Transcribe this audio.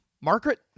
Margaret